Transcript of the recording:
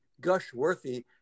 gush-worthy